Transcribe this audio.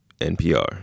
NPR